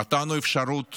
נתנו אפשרות